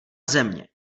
země